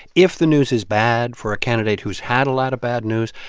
if the news is bad for a candidate who's had a lot of bad news,